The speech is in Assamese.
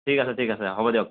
ঠিক আছে ঠিক আছে হ'ব দিয়ক